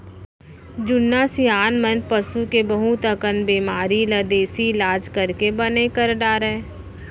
जुन्ना सियान मन पसू के बहुत अकन बेमारी ल देसी इलाज करके बने कर डारय